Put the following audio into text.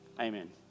amen